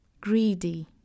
Greedy